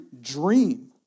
dream